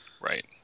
Right